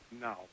no